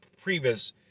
previous